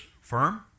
firm